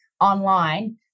online